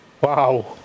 wow